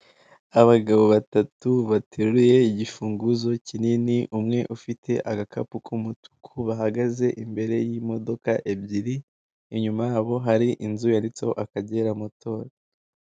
Abagabo batatu bateruye igifunguzo kinini umwe ufite agakapu k'umutuku bahagaze imbere y'imodoka ebyiri inyuma yabo hari inzu yanditseho Akagera moto.